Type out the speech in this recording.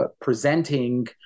presenting